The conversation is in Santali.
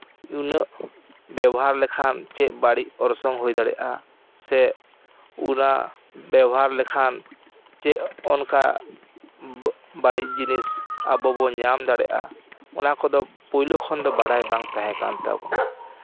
ᱩᱱᱟᱹᱜ ᱵᱮᱵᱚᱦᱟᱨ ᱞᱮᱠᱷᱟᱱ ᱪᱮᱫ ᱵᱟᱹᱲᱤᱡ ᱚᱨᱥᱚᱝ ᱦᱩᱭ ᱫᱟᱲᱮᱭᱟᱜᱼᱟ ᱥᱮ ᱚᱱᱟ ᱵᱮᱵᱚᱦᱟᱨ ᱞᱮᱠᱷᱟᱱ ᱪᱮᱫ ᱚᱱᱠᱟ ᱵᱟᱹᱲᱤᱡ ᱡᱤᱱᱤᱥ ᱟᱵᱚ ᱵᱚᱱ ᱧᱟᱢ ᱫᱟᱲᱮᱭᱟᱜᱼᱟ ᱚᱱᱟ ᱠᱚᱫᱚ ᱯᱳᱭᱞᱳ ᱠᱷᱚᱱ ᱫᱚ ᱵᱟᱲᱟᱭ ᱵᱟᱝ ᱛᱟᱦᱮᱸ ᱠᱟᱱ ᱛᱟᱵᱳᱱᱟ